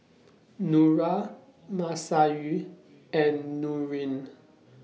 Nura Masayu and Nurin